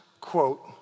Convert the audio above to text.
quote